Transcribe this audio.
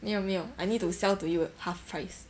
没有没有 I need to sell to you at half price